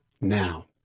Now